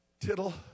Tittle